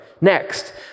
Next